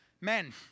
Men